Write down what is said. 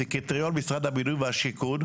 זה קריטריון משרד הבינוי והשיכון.